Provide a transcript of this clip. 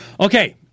Okay